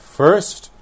first